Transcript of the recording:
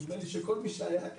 נדמה לי שכל מי שהיה,